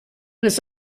was